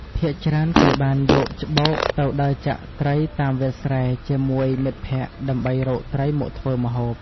ភាគច្រើនគេបានយកច្បូកទៅដើរចាក់ត្រីតាមវាលស្រែជាមួយមិត្តភក្តិ ដើម្បីរកត្រីមកធ្វើម្ហូប។